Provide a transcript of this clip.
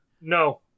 No